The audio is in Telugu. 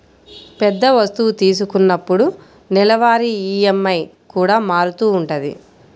పెద్ద వస్తువు తీసుకున్నప్పుడు నెలవారీ ఈఎంఐ కూడా మారుతూ ఉంటది